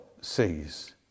sees